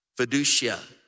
Fiducia